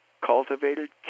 cultivated